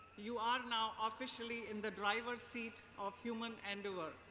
you are now officially in the driver's seat of human endeavor.